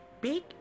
big